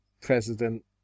president